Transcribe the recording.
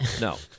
No